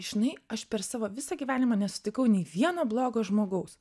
žinai aš per savo visą gyvenimą nesutikau nei vieno blogo žmogaus